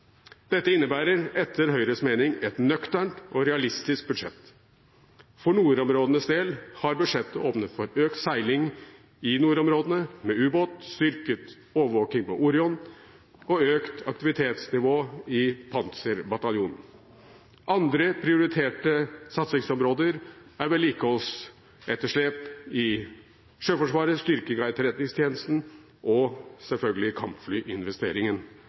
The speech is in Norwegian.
Dette innebærer etter Høyres mening et nøkternt og realistisk budsjett. For nordområdenes del har budsjettet åpnet for økt seiling i nordområdene med ubåt, styrket overvåking med Orion-flyene og økt aktivitetsnivå i Panserbataljonen. Andre prioriterte satsingsområder er vedlikeholdsetterslep i Sjøforsvaret, styrking av etterretningstjenesten og, selvfølgelig, kampflyinvesteringen